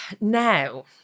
now